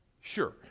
sure